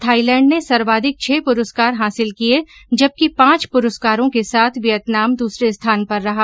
Thailand ने सर्वाधिक छह पुरस्कार हासिल किये जबकि पांच पुरस्कारों के साथ वियतनाम दूसरे स्थान पर रहा